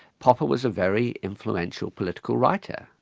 popper was a very influential political writer,